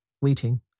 waiting